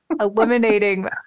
Eliminating